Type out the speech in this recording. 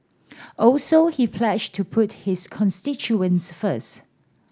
also he pledged to put his constituents first